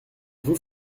vous